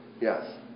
Yes